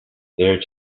there